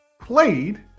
played